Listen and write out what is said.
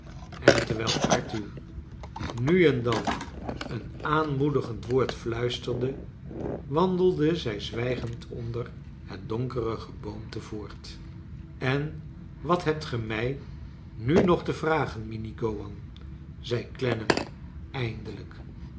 en terwijl arthur nu en dan een aanmoedigend woord fiuisterde wandelden zij zwijgend onder het donkere gcboomte voort en wat hebt ge mij nu nog te vragen minnie gowan zei clennam eindelijk